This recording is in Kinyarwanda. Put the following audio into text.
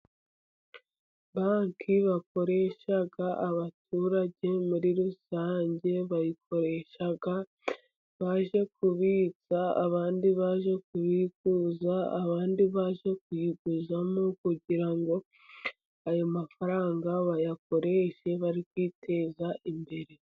Banki bakoresha abaturage muri rusange, bayikoresha baje kubitsa, abandi baje kubikuza, abandi baje kuyiguzamo , kugira ngo ayo mafaranga bayakoreshe bari kwiteza imbere.